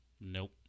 Nope